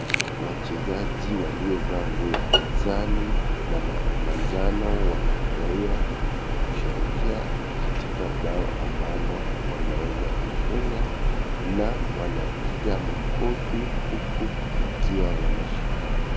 Wachezaji waliova nguo ya kijani na manjano wanafurahia na kusherehekea katika bao ambalo wameweza kufunga, na wanapiga makofi huku wakiwa wanashikana.